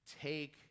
Take